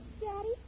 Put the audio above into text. Daddy